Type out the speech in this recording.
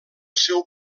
seu